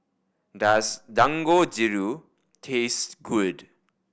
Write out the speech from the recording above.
does Dangojiru taste good